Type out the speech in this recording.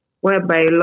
whereby